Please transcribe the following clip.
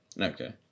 Okay